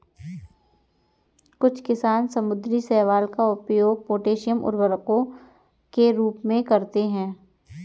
कुछ किसान समुद्री शैवाल का उपयोग पोटेशियम उर्वरकों के रूप में करते हैं